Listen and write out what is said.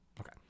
okay